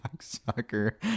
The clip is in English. Sucker